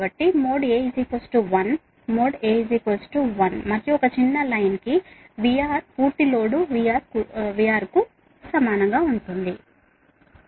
కాబట్టి mode A 1 mode A 1 మరియు ఒక చిన్న line కి VR పూర్తి లోడ్ VR కు సమానం